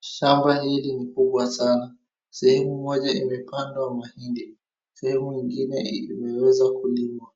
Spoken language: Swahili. Shamba hili ni kubwa sana. Sehemu moja imepandwa mahindi. Sehemu ingine imeweza kulimwa.